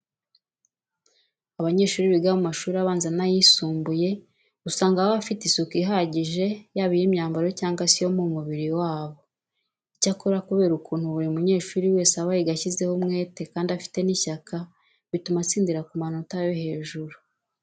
Abanyeshuri biga mu mashuri abanza n'ayisumbuye usanga baba bafite isuku ihagije yaba iy'imyambaro cyangwa se iyo mu mubiri wabo. Icyakora kubera ukuntu buri munyeshuri wese aba yiga ashyizeho umwete kandi afite n'ishyaka, bituma atsindira ku manota yo hejuru.